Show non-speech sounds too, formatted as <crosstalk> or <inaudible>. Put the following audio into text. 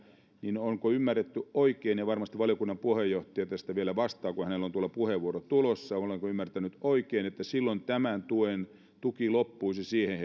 niin onko ymmärretty oikein ja varmasti valiokunnan puheenjohtaja tähän vielä vastaa kun hänellä on tuolla puheenvuoro tulossa olenko ymmärtänyt oikein että silloin tämä tuki loppuisi siihen <unintelligible>